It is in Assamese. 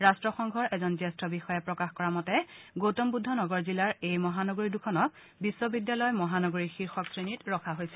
ৰাট্টসংঘৰ এজন জ্যেষ্ঠ বিষয়াই প্ৰকাশ কৰা মতে গৌতম বুদ্ধ নগৰ জিলাৰ এই মহানগৰী দুখনক বিশ্ববিদ্যালয় মহানগৰী শীৰ্ষক শ্ৰেণীত ৰখা হৈছে